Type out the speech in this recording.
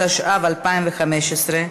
התשע"ו 2015,